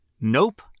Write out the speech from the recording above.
Nope